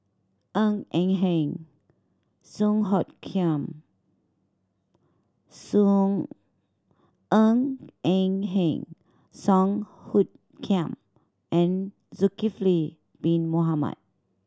Ng Eng Hen Song Hoot Kiam Song Ng Eng Hen Song Hoot Kiam and Zulkifli Bin Mohamed